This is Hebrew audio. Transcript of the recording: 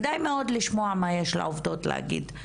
כדאי מאוד לשמוע מה יש לעובדות להגיד.